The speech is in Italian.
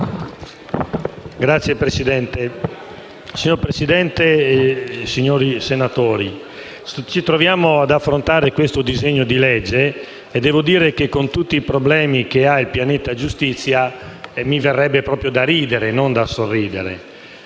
*(Art.1-MDP)*. Signor Presidente, signori senatori, ci troviamo ad affrontare questo disegno di legge e devo dire che, con tutti i problemi che ha il pianeta giustizia, mi verrebbe proprio da ridere, non da sorridere.